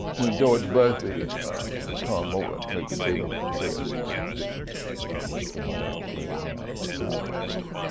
when george busby and tom morland made the deal with the feds to get um a lot of extra money that was laying around for the highway program,